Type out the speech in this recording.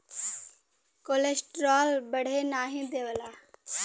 cholesterol बढ़े नाही देवला